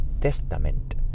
Testament